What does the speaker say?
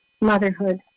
motherhood